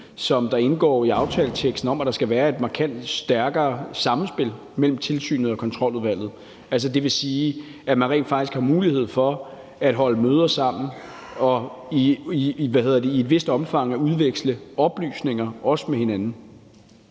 der indgår i aftaleteksten, om, at der skal være et markant stærkere sammenspil mellem tilsynet og Kontroludvalget. Det vil sige, at man rent faktisk har mulighed for at holde møder sammen og i et vist omfang at udveksle oplysninger, også med hinanden.